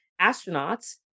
astronauts